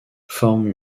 forme